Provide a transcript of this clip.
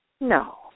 No